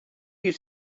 you